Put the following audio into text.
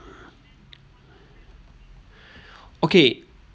okay